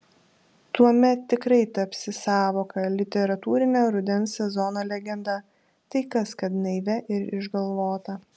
tuomet tikrai tapsi sąvoka literatūrine rudens sezono legenda tai kas kad naivia ir išgalvota